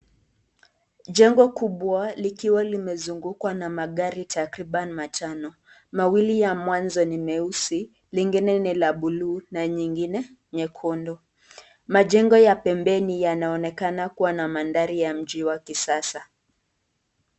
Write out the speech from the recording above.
Jengo kubwa likiwa limesungukwa na magari takriban matano mawili wa kwanza ni mweusi, lingine ni la buluu na nyingine nyekundu, majengo ya pembeni yanaonekana kuwa na mandari ya njiwa ya kisasa.